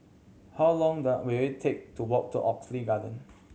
how long will it take to walk to Oxley Garden